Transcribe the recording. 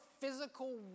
physical